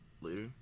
later